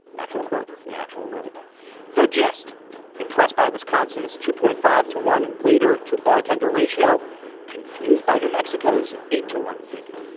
actual quote from the actual movie the gist impressed by wisconsin's two point five to one waiter to bartender ratio confused by new mexico's eight to one figure.